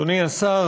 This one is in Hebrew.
אדוני השר,